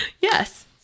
Yes